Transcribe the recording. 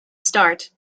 start